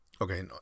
Okay